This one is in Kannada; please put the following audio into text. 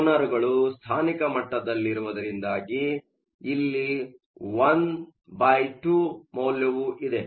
ಡೊನರ್ಗಳು ಸ್ಥಾನಿಕ ಮಟ್ಟದಲ್ಲಿರುವುದರಿಂದಾಗಿ ಇಲ್ಲಿ 12 ಮೌಲ್ಯವು ಇದೆ